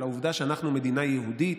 על העובדה שאנחנו מדינה יהודית,